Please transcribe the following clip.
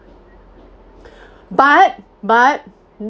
but but